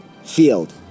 field